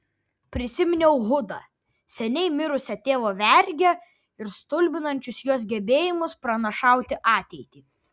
prisiminiau hudą seniai mirusią tėvo vergę ir stulbinančius jos gebėjimus pranašauti ateitį